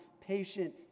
patient